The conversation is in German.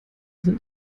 sind